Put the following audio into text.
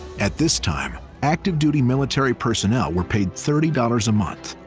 at this time, active-duty military personnel were paid thirty dollars a month.